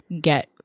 get